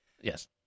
Yes